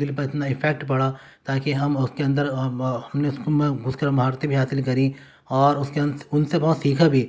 دل پر اتنا افیکٹ پڑا تاکہ ہم اس کے اندر ہم نے اس میں گھس کر مہارتیں بھی حاصل کری اور ان سے بہت سیکھا بھی